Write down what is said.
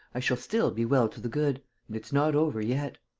i shall still be well to the good and it's not over yet.